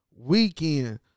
Weekend